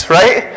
right